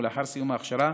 ולאחר סיום ההכשרה,